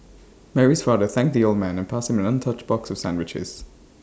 Mary's father thanked the old man and passed him an untouched box of sandwiches